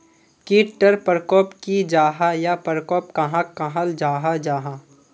कीट टर परकोप की जाहा या परकोप कहाक कहाल जाहा जाहा?